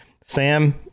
Sam